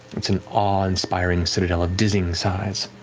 it's an awe-inspiring citadel of dizzying size.